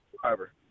driver